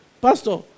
Pastor